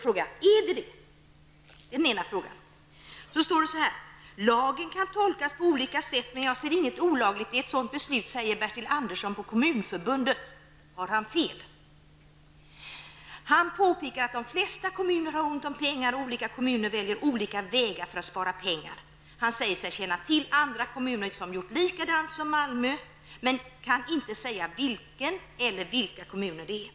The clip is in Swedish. Är det så? Vidare: ''Lagen kan tolkas på olika sätt, men jag ser inget olagligt i ett sådant beslut'', säger Bertil Andersson på Kommunförbundet. Har han fel? Bertil Andersson påpekar att de flesta kommuner har ont om pengar och att olika kommuner väljer olika vägar för att göra besparingar. Han säger sig känna till andra kommuner där man har gjort likadant som i Malmö, men han kan inte säga vilken eller vilka kommuner det gäller.